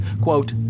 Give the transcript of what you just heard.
quote